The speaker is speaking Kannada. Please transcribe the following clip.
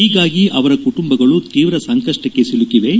ಹೀಗಾಗಿ ಅವರ ಕುಟುಂಬಗಳು ತೀವ್ರಸಂಕಷ್ಪಕ್ಕೆ ಸಿಲುಕಿವೆ